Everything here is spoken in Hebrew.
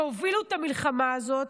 שהובילו את המלחמה הזאת.